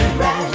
right